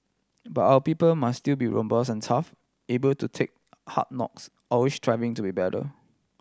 but our people must still be robust and tough able to take hard knocks always striving to be better